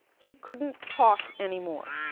he couldn't talk anymore.